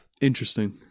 Interesting